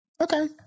Okay